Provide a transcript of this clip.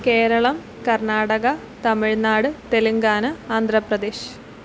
Keralam Karnataka Tamil Nadu Telangana Andhra Pradesh